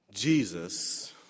Jesus